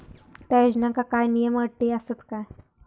त्या योजनांका काय नियम आणि अटी आसत काय?